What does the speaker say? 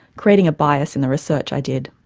creating a bias in the research i did.